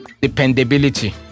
Dependability